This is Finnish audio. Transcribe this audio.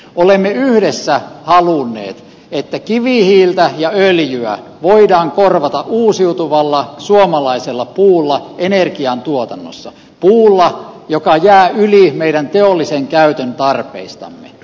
olemme yhdessä halunneet että kivihiiltä ja öljyä voidaan korvata uusiutuvalla suomalaisella puulla energiantuotannossa puulla joka jää yli meidän teollisen käytön tarpeistamme